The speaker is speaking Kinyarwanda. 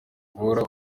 guhora